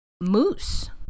Moose